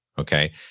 Okay